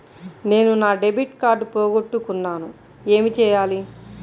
నేను నా debit card పోగొట్టుకున్నాను ఏమి చేయాలి?